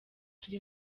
turi